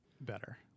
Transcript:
better